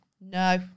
No